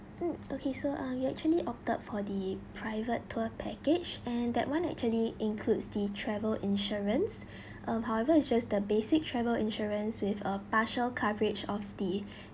mm okay so uh you actually opted for the private tour package and that [one] actually includes the travel insurance um however it's just the basic travel insurance with a partial coverage of the